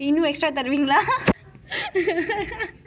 இன்னும்:innum extra தருவீங்களா:tharuvinkala